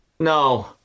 No